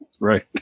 right